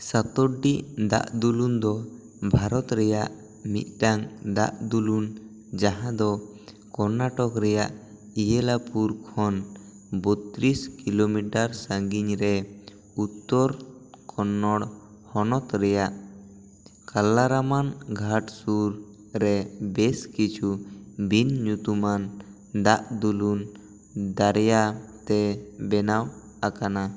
ᱥᱟᱛᱩᱰᱰᱤ ᱫᱟᱜ ᱫᱩᱞᱩᱱ ᱫᱚ ᱵᱷᱟᱨᱚᱛ ᱨᱮᱱᱟᱜ ᱢᱤᱫᱴᱟᱝ ᱫᱟᱜ ᱫᱩᱞᱩᱱ ᱡᱟᱦᱟᱸ ᱫᱚ ᱠᱚᱨᱱᱟᱴᱚᱠ ᱨᱮᱱᱟᱜ ᱤᱭᱮᱞᱟᱯᱩᱨ ᱠᱷᱚᱱ ᱵᱚᱛᱛᱨᱤᱥ ᱠᱤᱞᱳᱢᱤᱴᱟᱨ ᱥᱟᱺᱜᱤᱧ ᱨᱮ ᱩᱛᱛᱚᱨ ᱠᱚᱱᱱᱚᱲ ᱦᱚᱱᱚᱛ ᱨᱮᱱᱟᱜ ᱠᱚᱞᱞᱟᱨᱟᱢᱟᱱ ᱜᱷᱟᱴ ᱥᱩᱨ ᱨᱮ ᱵᱮᱥ ᱠᱤᱪᱷᱩ ᱵᱤᱱ ᱧᱩᱛᱩᱢᱟᱱ ᱫᱟᱜ ᱫᱩᱞᱩᱱ ᱫᱚᱨᱭᱟᱛᱮ ᱵᱮᱱᱟᱣ ᱟᱠᱟᱱᱟ